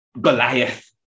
Goliath